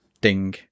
ding